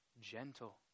gentle